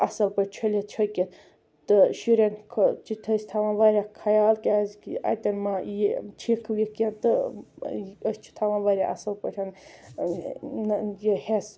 اصل پٲٹھۍ چھٔلِتھ چھُکِتھ تہٕ شُرٮ۪ن خٲ چھِ أسۍ تھوان واریاہ خیال کیازِ کہِ اَتٮ۪ن ما ییٚیہِ چھِکھ وِکھ کیٚنٛہہ تہٕ أسۍ چھِ تھوان واریاہ اصٕل پٲٹھۍ یہِ حیٚس